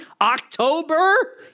October